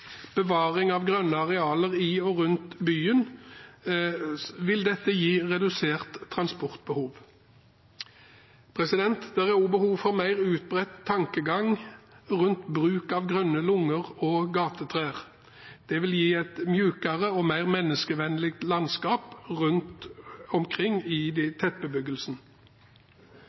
bevaring av grønne arealer i og rundt byen vil gi redusert transportbehov. Det er også behov for mer utbredt tankegang rundt bruk av grønne lunger og gatetrær. Det vil gi et mykere og mer menneskevennlig landskap rundt omkring i tettbebyggelsen.